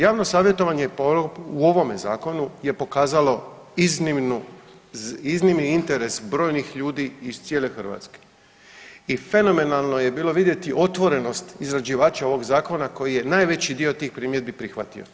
Javno savjetovanje je u ovom zakonu je pokazalo iznimni interes brojnih ljudi iz cijele Hrvatske i fenomenalno je bilo vidjeti otvorenost izrađivača ovog zakona koji je najveći dio tih primjedbi prihvatio.